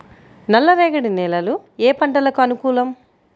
నల్లరేగడి నేలలు ఏ పంటలకు అనుకూలం?